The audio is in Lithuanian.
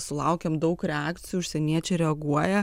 sulaukiam daug reakcijų užsieniečiai reaguoja